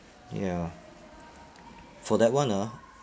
ya for that one ah